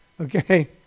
Okay